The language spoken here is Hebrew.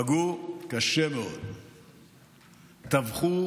פגעו קשה מאוד, טבחו.